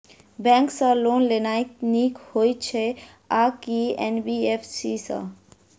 Bank सँ loan लेनाय नीक होइ छै आ की एन.बी.एफ.सी सँ?